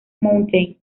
mountain